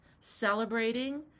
celebrating